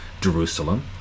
Jerusalem